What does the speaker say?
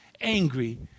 angry